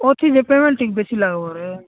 ଅଛିି ଯେ ପେମେଣ୍ଟ ଟିକେ ବେଶୀ ଲାଗିବରେ